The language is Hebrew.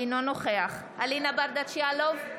אינו נוכח אלינה ברדץ' יאלוב,